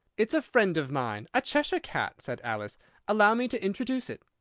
it's a friend of mine a cheshire cat, said alice allow me to introduce it.